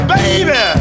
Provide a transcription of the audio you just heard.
Baby